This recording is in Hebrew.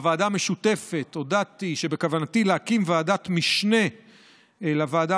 בוועדה המשותפת הודעתי שבכוונתי להקים ועדת משנה לוועדה